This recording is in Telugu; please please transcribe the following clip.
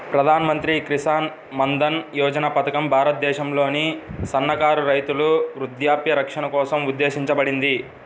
ప్రధాన్ మంత్రి కిసాన్ మన్ధన్ యోజన పథకం భారతదేశంలోని సన్నకారు రైతుల వృద్ధాప్య రక్షణ కోసం ఉద్దేశించబడింది